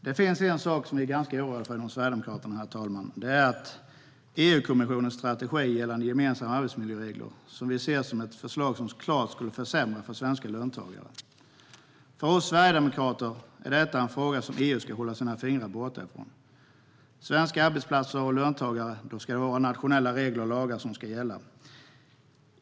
Det finns en sak som vi sverigedemokrater är ganska oroade över, och det är EU-kommissionens förslag till strategi gällande gemensamma arbetsmiljöregler, som vi ser som ett förslag som klart skulle försämra för svenska löntagare. För oss sverigedemokrater är detta en fråga som EU ska hålla sina fingrar borta från. För svenska arbetsplatser och löntagare är det nationella regler och lagar som ska gälla.